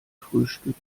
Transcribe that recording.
frühstück